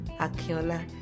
Akiola